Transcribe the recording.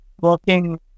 working